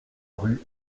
rue